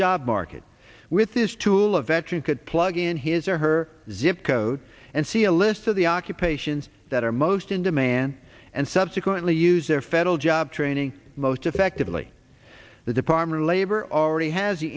job market with this tool a veteran could plug in his or her zip code and see a list of the occupations that are most in demand and subsequently use their federal job training most effectively the department of labor already has the